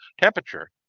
temperature